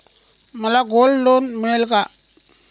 मला gold loan मिळेल का?